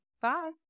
Bye